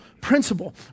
principle